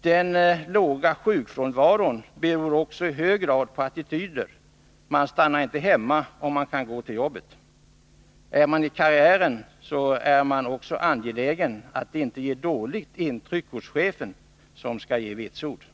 Den låga sjukfrånvaron beror också i hög grad på attityder. Man stannar inte hemma om man kan gå till arbetet. Är man i karriären, är man också angelägen om att inte göra ett dåligt intryck på chefen som skall ge vitsord.